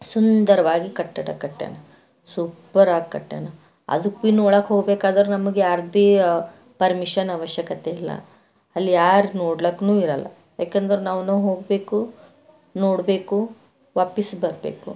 ಸುಂದರವಾಗಿ ಕಟ್ಟಡ ಕಟ್ಯಾನ ಸೂಪರ್ ಆಗಿ ಕಟ್ಯಾನ ಅದಕ್ಕೆ ಬಿ ಒಳಗೆ ಹೋಗ್ಬೇಕಾದ್ರೆ ನಮಗೆ ಯಾರ್ದ್ಬಿ ಪರ್ಮಿಷನ್ ಅವಶ್ಯಕತೆ ಇಲ್ಲ ಅಲ್ಲಿ ಯಾರು ನೋಡ್ಲಕ್ನು ಇರಲ್ಲ ಯಾಕಂದ್ರೆ ನಾವುನೂ ಹೋಗ್ಬೇಕು ನೋಡ್ಬೇಕು ವಾಪಸ್ಸು ಬರಬೇಕು